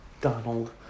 Donald